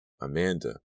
Amanda